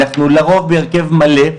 אנחנו לרוב בהרכב מלא,